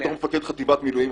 -- במילואים?